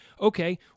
Okay